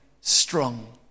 strong